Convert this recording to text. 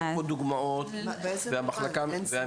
אז